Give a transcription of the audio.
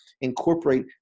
incorporate